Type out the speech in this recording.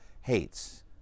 hates